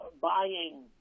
buying